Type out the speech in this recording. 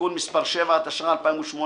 (תיקון מס' 7), התשע"ח-2018.